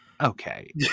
Okay